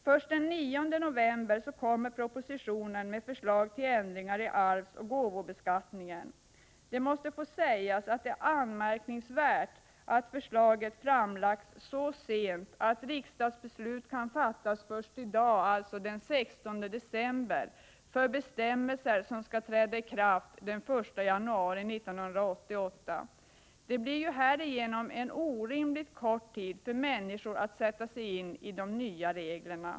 Först den 9 november kommer propositionen med förslag till ändringar i arvsoch gåvobeskattningen. Det måste få sägas att det är anmärkningsvärt att förslaget framlagts så sent att riksdagsbeslut kan fattas först i dag, den 16 december, när det gäller bestämmelser som skall träda i kraft den 1 januari 1988. Det blir härigenom en orimligt kort tid för människor att sätta sig in i de nya reglerna.